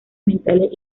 mentales